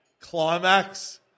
Climax